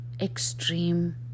extreme